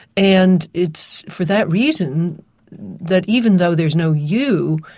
and it's for that reason that even though there's no you,